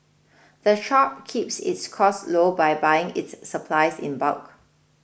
the shop keeps its costs low by buying its supplies in bulk